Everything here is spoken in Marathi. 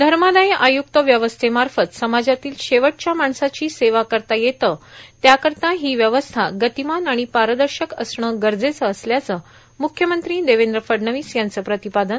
धमादाय आयुक्त व्यवस्थेमाफत समाजातील शेवटच्या माणसाची सेवा करता येते त्यार्कारता हो व्यवस्था र्गातमान आणि पारदशक असणं गरजेचं असल्याचं मुख्यमंत्री देवद्र फडणवीस यांचं प्रातपादन